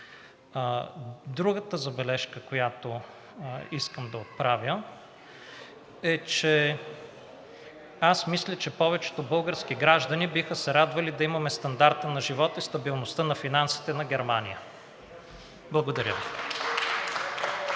Другата забележка, която искам да отправя, е, че аз мисля, че повечето български граждани биха се радвали да имаме стандарта на живот и стабилността на финансите на Германия. Благодаря Ви.